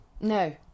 No